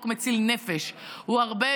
חוק מציל נפש.